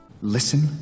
listen